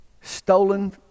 stolen